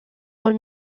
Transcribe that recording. aux